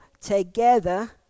together